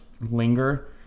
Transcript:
linger